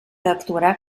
actuarà